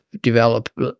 develop